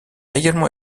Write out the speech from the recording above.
également